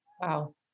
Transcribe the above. Wow